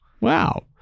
Wow